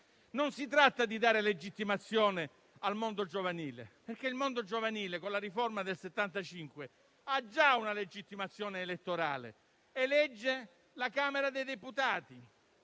non si tratta di dare legittimazione al mondo giovanile, che con la riforma del 1975 ha già una legittimazione elettorale: elegge la Camera dei deputati.